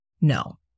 No